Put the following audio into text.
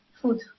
food